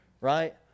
right